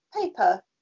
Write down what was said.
paper